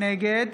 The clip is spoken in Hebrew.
נגד